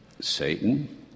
Satan